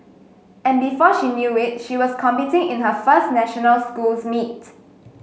and before she knew it she was competing in her first national schools meet